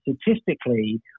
statistically